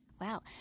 Wow